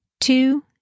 Two